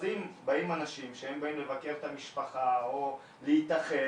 אז אם באים אנשים שבאים לבקר את המשפחה או להתאחד